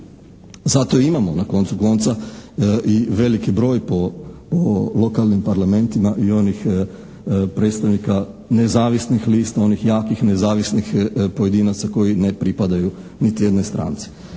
Zato imamo na koncu konca i veliki broj po lokalnim parlamentima i onih predstavnika nezavisnih lista, onih jakih nezavisnih pojedinaca koji ne pripadaju niti jednoj stranci.